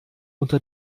unter